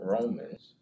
Romans